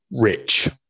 rich